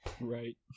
Right